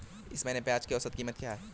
इस महीने में प्याज की औसत कीमत क्या है?